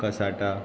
cassata